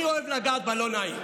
אני אוהב לגעת בלא נעים.